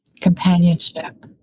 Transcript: companionship